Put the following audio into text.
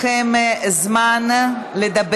התשע"ו 2015,